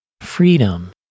freedom